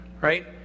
right